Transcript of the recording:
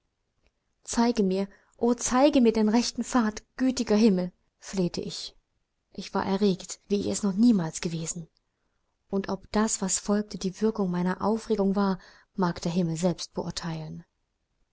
zeige mir o zeige mir den rechten pfad gütiger himmel flehte ich ich war erregt wie ich es noch niemals gewesen und ob das was folgte die wirkung meiner aufregung war mag der himmel selbst beurteilen